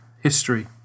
history